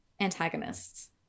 antagonists